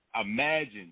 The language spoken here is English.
Imagine